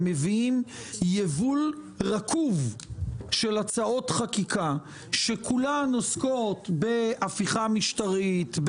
מביאים יבול רקוב של הצעות חקיקה שכולן עוסקות בהפיכה משטרית,